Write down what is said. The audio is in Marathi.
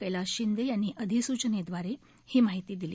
क्रालास शिंदे यांनी अधिसूचने द्वारे ही माहिती दिली